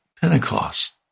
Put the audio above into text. Pentecost